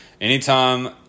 Anytime